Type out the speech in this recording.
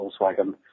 Volkswagen